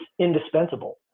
indispensable